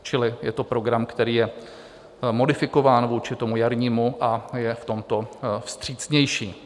Čili je to program, který je modifikován vůči tomu jarnímu a je v tomto vstřícnější.